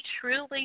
truly